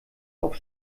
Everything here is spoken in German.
auf